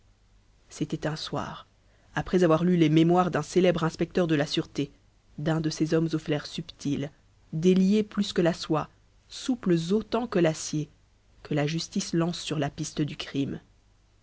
c'était un soir après avoir lu les mémoires d'un célèbre inspecteur de la sûreté d'un de ces hommes au flair subtil déliés plus que la soie souples autant que l'acier que la justice lance sur la piste du crime